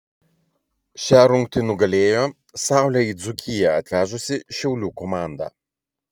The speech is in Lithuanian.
šią rungtį nugalėjo saulę į dzūkiją atvežusi šiaulių komanda